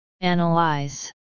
Analyze